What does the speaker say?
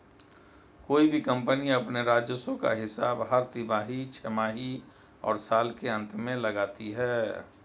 कोई भी कम्पनी अपने राजस्व का हिसाब हर तिमाही, छमाही और साल के अंत में लगाती है